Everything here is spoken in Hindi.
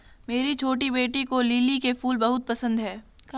मेरी छोटी बेटी को लिली के फूल बहुत पसंद है